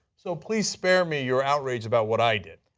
so please spare me your outrage about what i did.